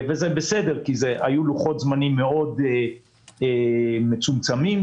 וזה בסדר כי היו לוחות זמנים מצומצמים מאוד